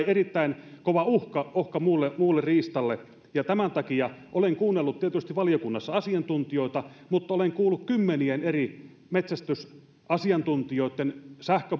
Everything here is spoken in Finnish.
erittäin kova uhka uhka muulle muulle riistalle ja tämän takia olen tietysti kuunnellut valiokunnassa asiantuntijoita mutta olen kuullut myös kymmenien eri metsästysasiantuntijoitten